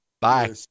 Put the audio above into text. Bye